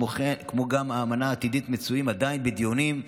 כמו גם האמנה העתידית מצויים עדיין בדיונים,